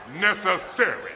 necessary